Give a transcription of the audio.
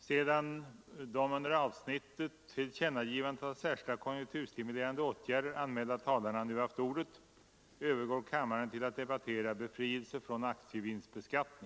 Sedan de under avsnittet Tillkännagivandet av särskilda konjunkturstimulerande åtgärder anmälda talarna nu haft ordet övergår kammaren till att debattera Befrielse från aktievinstbeskattning.